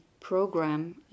program